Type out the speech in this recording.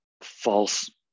false